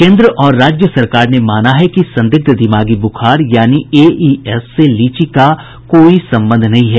केन्द्र और राज्य सरकार ने माना है कि संदिग्ध दिमागी बुखार यानी एईएस से लीची का कोई संबंध नहीं है